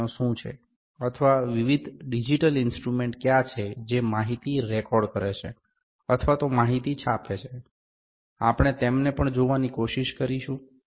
મશીનો શું છે અથવા વિવિધ ડિજિટલ ઇન્સ્ટ્રુમેન્ટ કયા છે જે માહિતી રેકોર્ડ કરે છે અથવા તો માહિતી છાપે છે આપણે તેમને પણ જોવાની કોશિશ કરીશું